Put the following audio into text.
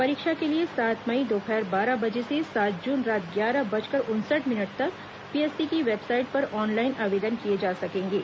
परीक्षा के लिए सात मई दोपहर बारह बजे से सात जून रात ग्यारह बजकर उनसठ मिनट तक पीएससी की वेबसाइट पर ऑनलाइन आवेदन किए जा सकेंगे